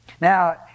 Now